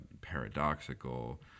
paradoxical